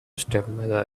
stepmother